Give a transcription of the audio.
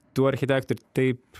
tų architektų ir taip